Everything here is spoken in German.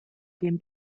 den